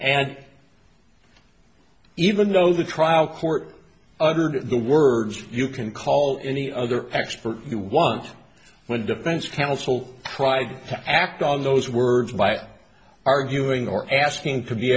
and even though the trial court uttered the words you can call any other expert you want when defense counsel tried to act on those words by arguing or asking to be